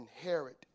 inherit